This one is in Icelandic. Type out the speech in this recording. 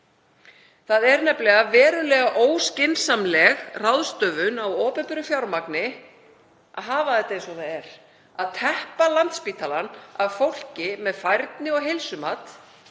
Það er nefnilega verulega óskynsamleg ráðstöfun á opinberu fjármagni að hafa þetta eins og það er, að teppa Landspítalann af fólki með færni- og heilsumat.